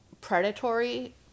predatory